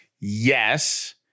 Yes